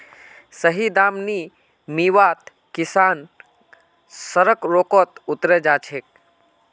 सही दाम नी मीवात किसान सड़क रोकोत उतरे जा छे